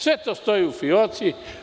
Sve stoji u fijoci.